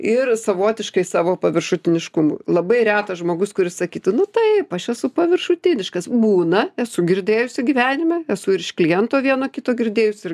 ir savotiškai savo paviršutiniškumu labai retas žmogus kuris sakytų nu taip aš esu paviršutiniškas būna esu girdėjusi gyvenime esu ir iš kliento vieno kito girdėjusi ir